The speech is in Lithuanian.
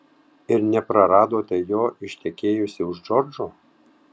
ir nepraradote jo ištekėjusi už džordžo